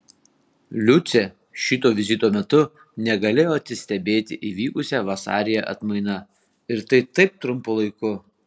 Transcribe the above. liucė šito vizito metu negalėjo atsistebėti įvykusia vasaryje atmaina ir tai taip trumpu laiku